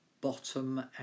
bottom